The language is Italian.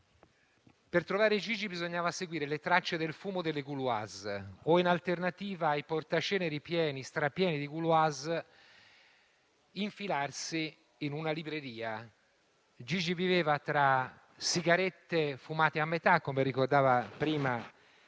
Per trovare Gigi bisognava seguire le tracce del fumo delle Gauloises o, in alternativa ai portaceneri strapieni di Gauloises, infilarsi in una libreria. Gigi viveva tra sigarette fumate a metà, come ricordava prima